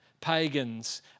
pagans